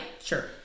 Sure